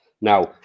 Now